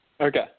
Okay